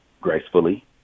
gracefully